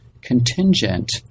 contingent